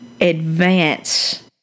advance